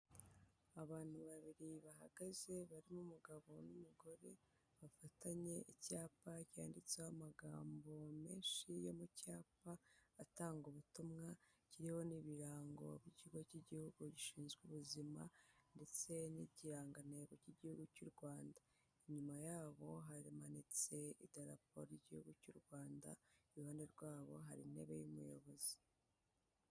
Abantu babiri bahagaze barimo umugabo n'umugore bafatanye icyapa cyanditseho amagambo menshi yo mu cyapa atanga ubutumwa, kiriho n'ibirango ku kigo cy'igihugu gishinzwe ubuzima ndetse n'ikirangantego cy'igihugu cy'u Rwanda, inyuma yabo hamanitse idarapo ry'igihugu cy'u Rwanda, iruhande rwabo hari intebe y'umuyobozi.